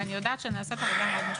אבל אני יודעת שנעשית עבודה מאוד משמעותית.